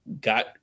got